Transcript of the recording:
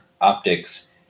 optics